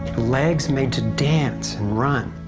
legs made to dance and run,